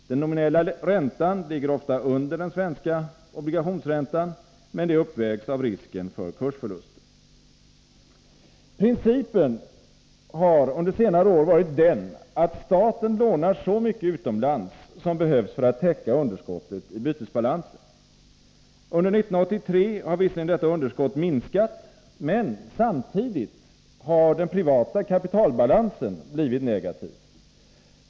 Den nominella räntan ligger ofta under den svenska obligationsräntan, men detta uppvägs av risken för kursförluster. Principen har under senare år varit den, att staten lånar så mycket utomlands som behövs för att täcka underskottet i bytesbalansen. Under 1983 har visserligen detta underskott minskat, men samtidigt har den privata kapitalbalansen blivit negativ.